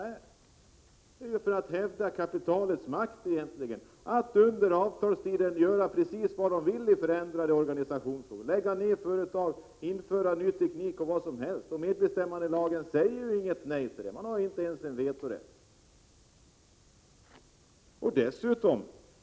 De är egentligen till för att hävda kapitalets makt, så att man under avtalstiden får göra precis vilka organisationsförändringar som helst, lägga ner företag, införa ny teknik osv. MBL sätter inget hinder — det finns inte ens vetorätt.